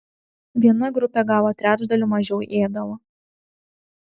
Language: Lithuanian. viena grupė gavo trečdaliu mažiau ėdalo